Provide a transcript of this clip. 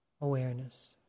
awareness